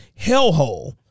hellhole